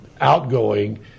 outgoing